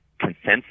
consensus